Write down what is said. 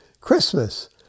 Christmas